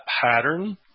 pattern